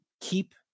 Keep